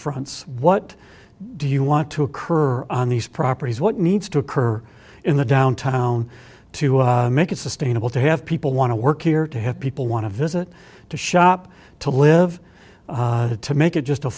fronts what do you want to occur on these properties what needs to occur in the downtown to make it sustainable to have people want to work here to have people want to visit to shop to live it to make it just a